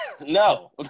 No